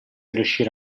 riuscire